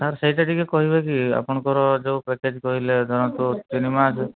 sir ସେଇଟା ଟିକେ କହିବେ କି ଆପଣଙ୍କର ଯେଉଁ ପ୍ୟାକେଜ୍ କହିଲେ ଧରନ୍ତୁ ତିନି ମାସ